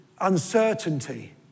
uncertainty